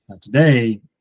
today